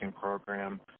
program